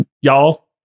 y'all